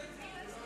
מי לא הסכים?